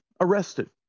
arrested